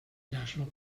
national